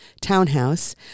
townhouse